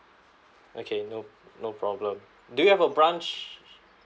okay no no problem do you have a branch